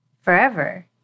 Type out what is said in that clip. forever